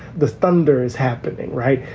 the thunder is happening. right.